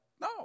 no